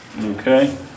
Okay